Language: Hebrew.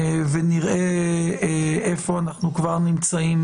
ונראה איפה אנחנו כבר נמצאים